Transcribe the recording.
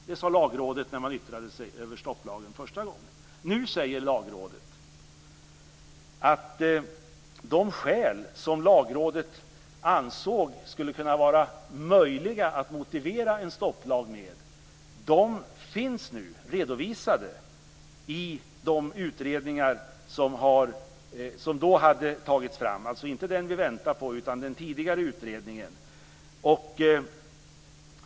Det sade Lagrådet när man yttrade sig över stopplagen första gången. Nu säger man att de skäl som Lagrådet ansåg skulle kunna vara möjliga att motivera en stopplag med finns redovisade i de utredningar som tagits fram. Det är alltså inte den utredning vi väntar på, utan den tidigare utredningen.